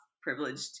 privileged